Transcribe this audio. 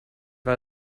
war